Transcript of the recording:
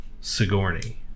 Sigourney